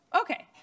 Okay